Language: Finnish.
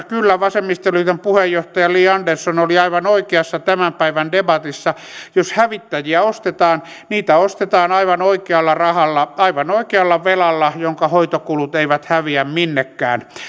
kyllä vasemmistoliiton puheenjohtaja li andersson oli aivan oikeassa tämän päivän debatissa jos hävittäjiä ostetaan niitä ostetaan aivan oikealla rahalla aivan oikealla velalla jonka hoitokulut eivät häviä minnekään